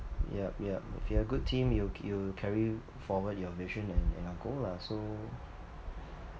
yup yup if you have good team you you carry forward your vision and and our goal lah so